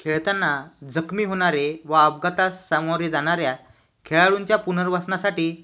खेळताना जखमी होणारे व अपघातास सामोरे जाणाऱ्या खेळाडूंच्या पुनर्वसनासाठी